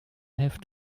have